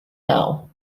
now